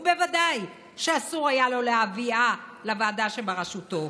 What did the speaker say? וודאי שאסור היה לו להביאה לוועדה שבראשותו.